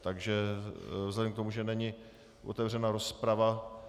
Takže vzhledem k tomu, že není otevřena rozprava...